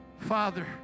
Father